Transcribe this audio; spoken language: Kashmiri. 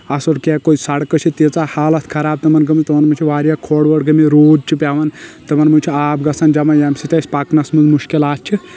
اصٕل کینٛہہ کُنہِ سڑکہٕ چھِ تیٖژاہ حالت خراب تِمن گٔمٕژ تِمن منٛز چھِ واریاہ کھوٚڑ ووٚڑ گٔمٕتۍ روٗد چھُ پیٚوان تِمن منٛز چھُ آب گژھان جمع ییٚمہِ سۭتۍ اسہِ پکنَس منٛز مشکِلات چھِ